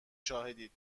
شاهدید